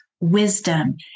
wisdom